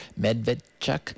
Medvedchuk